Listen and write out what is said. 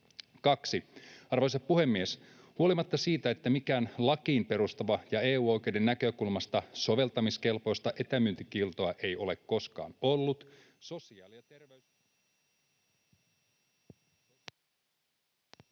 Arvoisa puhemies! Huolimatta siitä, että mitään lakiin perustuvaa ja EU-oikeuden näkökulmasta soveltamiskelpoista etämyyntikieltoa ei ole koskaan ollut,